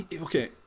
Okay